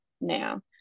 now